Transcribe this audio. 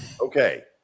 Okay